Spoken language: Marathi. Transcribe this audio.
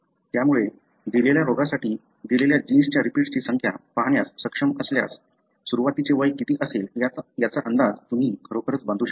त्यामुळे दिलेल्या रोगासाठी दिलेल्या जीन्सच्या रिपीट्सची संख्या पाहण्यास सक्षम असल्यास सुरुवातीचे वय किती असेल याचा अंदाज तुम्ही खरोखरच बांधू शकता